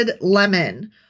lemon